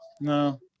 No